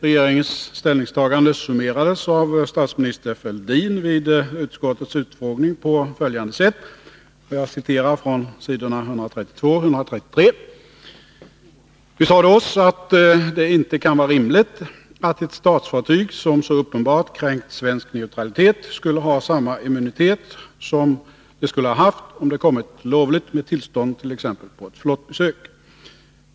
Regeringens ställningstagande summerades av Ubåtsaffären statsminister Fälldin vid utskottets utfrågning på följande sätt. Jag citerar från s. 132 och 133: ”Vi sade oss att det inte kan vara rimligt att ett statsfartyg som så uppenbart har kränkt svensk neutralitet skulle ha samma immunitet som det skulle ha haft om det hade kommit lovligt med tillstånd t.ex. på ett flottbesök.